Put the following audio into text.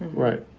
right.